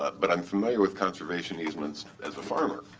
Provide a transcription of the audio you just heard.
but i'm familiar with conservation easements as a farmer.